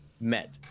met